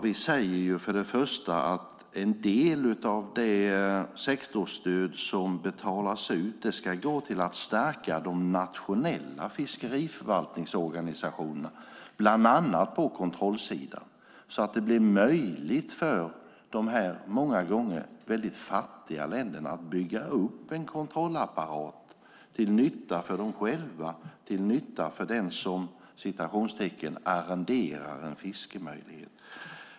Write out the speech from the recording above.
Vi säger för det första att en del av det sexårsstöd som betalas ut ska gå till att stärka de nationella fiskeriförvaltningsorganisationerna, bland annat på kontrollsidan, så att det blir möjligt för dessa många gånger väldigt fattiga länder att bygga upp en kontrollapparat till nytta för dem själva och för dem som så att säga arrenderar en fiskemöjlighet.